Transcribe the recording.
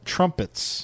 trumpets